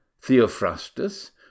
Theophrastus